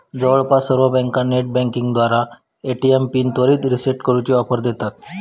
जवळपास सर्व बँका नेटबँकिंगद्वारा ए.टी.एम पिन त्वरित रीसेट करूची ऑफर देतत